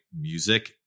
music